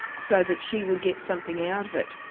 so that she would get something out of it.